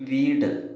വീട്